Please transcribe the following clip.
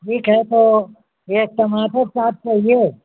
ठीक है तो एक टमाटर चाट चाहिए